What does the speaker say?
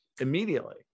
immediately